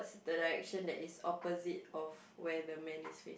the direction that is opposite of where the man is fac~